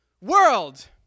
World